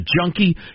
junkie